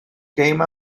came